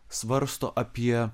svarsto apie